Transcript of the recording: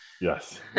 Yes